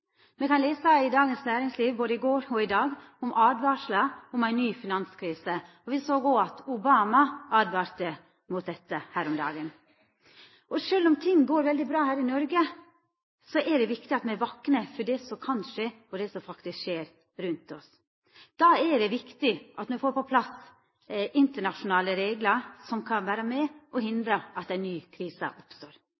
Me kan lesa i Dagens Næringsliv både i går og i dag om åtvaringar om ei ny finanskrise, og me såg òg at Obama åtvara mot dette her om dagen. Sjølv om ting går veldig bra i Noreg, er det viktig at me er vakne for det som kan skje, og det som faktisk skjer rundt oss. Da er det viktig at me får på plass internasjonale reglar som kan vera med